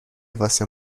واسه